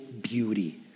beauty